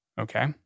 Okay